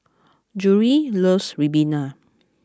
Gerri loves Ribena